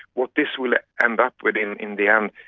what this will end up with in in the end,